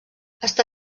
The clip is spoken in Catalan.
està